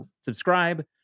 Subscribe